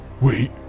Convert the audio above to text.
Wait